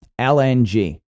LNG